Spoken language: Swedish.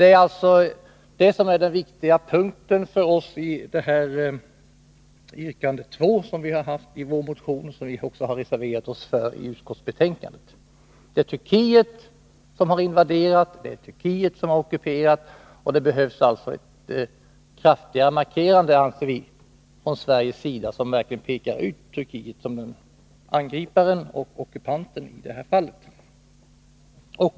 Det är alltså detta som för oss är den viktiga punkten i yrkandet 2 i vår motion och i den reservation som vi har fogat till utskottsbetänkandet. Det är Turkiet som har invaderat och ockuperat, och enligt vår mening behövs det en kraftigare markering från Sveriges sida. Turkiet måste verkligen i det här fallet utpekas som angripare och ockupant.